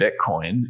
Bitcoin